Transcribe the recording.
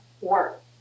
work